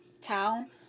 town